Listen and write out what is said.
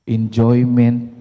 enjoyment